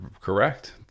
correct